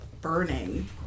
burning